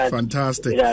Fantastic